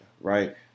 right